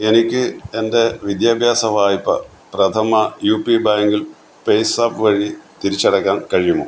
എനിക്ക് എൻ്റെ വിദ്യാഭ്യാസ വായ്പ പ്രഥമ യൂ പി ബാങ്കിൽ പേയ്സാപ്പ് വഴി തിരിച്ചടയ്ക്കാൻ കഴിയുമോ